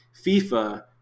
FIFA